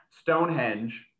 Stonehenge